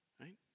Right